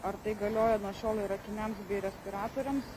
ar tai galioja nuo šiol ir akiniams bei respiratoriams